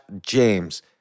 James